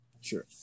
sure